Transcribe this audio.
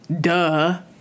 duh